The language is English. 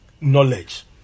knowledge